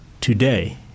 today